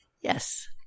Yes